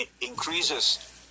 increases